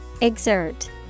Exert